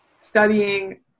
studying